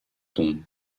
tombe